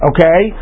Okay